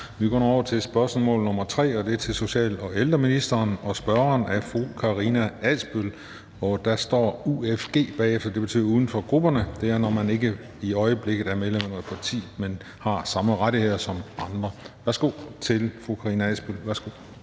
Vi går nu over til spørgsmål nr. 3, og det er til social- og ældreministeren, og spørgeren er fru Karina Adsbøl. Der står (UFG) bagefter, og det betyder uden for grupperne, og det er, når man ikke er medlem af noget parti, men har samme rettigheder som andre. Kl. 13:17 Spm. nr.